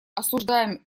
осуждаем